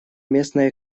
местной